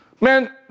Man